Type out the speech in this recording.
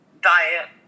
diet